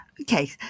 Okay